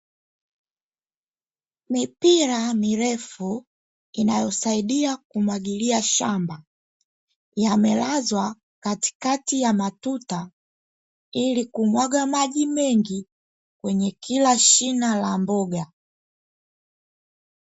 Mipira mirefu inayosaidia kumwagilia shamba yamelazwa katikati ya matuta, ili kumwaga maji mengi kwenye kila shina la mboga.